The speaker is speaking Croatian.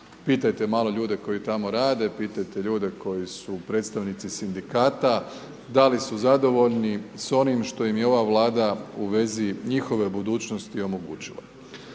Pitajte malo ljude koji tamo rade, pitajte ljude koji su predstavnici sindikata, da li su zadovoljni s onim što im je ova Vlada u vezi njihove budućnosti omogućila.